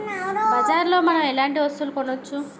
బజార్ లో మనం ఎలాంటి వస్తువులు కొనచ్చు?